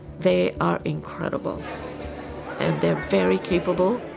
they are incredible and they're very capable.